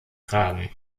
tragen